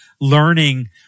learning